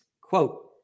Quote